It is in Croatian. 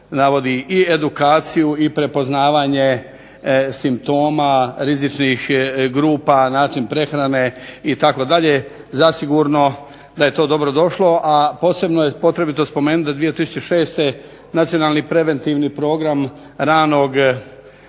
i edukaciju i prepoznavanje simptoma rizičnih grupa, način prehrane itd., zasigurno da je to dobrodošlo, a posebno je potrebito spomenuti do 2006. nacionalni preventivni program ranog